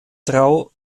drau